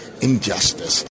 injustice